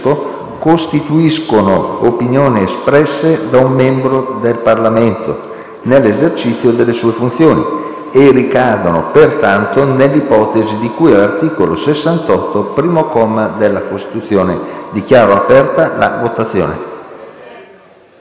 costituiscono opinioni espresse da un membro del Parlamento nell'esercizio delle sue funzioni e ricadono pertanto nell'ipotesi di cui all'articolo 68, primo comma, della Costituzione. Chiedo al relatore,